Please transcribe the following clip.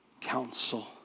counsel